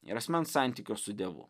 ir asmens santykio su dievu